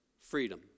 freedom